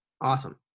Awesome